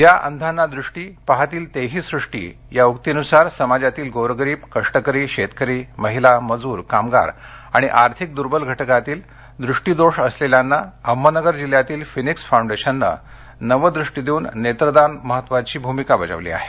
द्या अंधांना दृष्टी पाहतील तेही सृष्टी या उक्तीनुसार समाजातील गोरगरीब कष्टकरी शेतकरी महिला मजूर कामगार आणि आर्थिक दुर्बलघटकातील दृष्टीदोष असलेल्यांना अहमदनगर जिल्ह्यातील फिनिक्स फाऊंडेशननं नवदृष्टी देऊन नेत्रदान महत्त्वाची भूमिका बजावली आहे